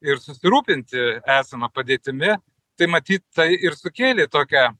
ir susirūpinti esama padėtimi tai matyt tai ir sukėlė tokią